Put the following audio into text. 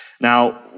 Now